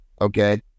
okay